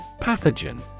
pathogen